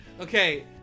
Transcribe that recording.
Okay